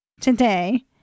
today